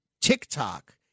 TikTok